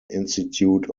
institute